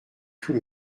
tout